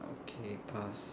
okay pass